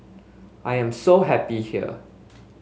I am so happy here